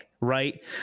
Right